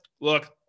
look